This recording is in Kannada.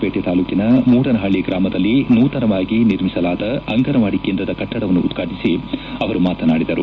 ಪೇಟೆ ತಾಲೂಕಿನ ಮೂಡನಹಳ್ಳಿ ಗ್ರಾಮದಲ್ಲಿ ನೂತನವಾಗಿ ನಿರ್ಮಿಸಲಾದ ಅಂಗನವಾಡಿ ಕೇಂದ್ರದ ಕಟ್ಟಡವನ್ನು ಉದ್ಘಾಟಿಸಿ ಅವರು ಮಾತನಾಡಿದರು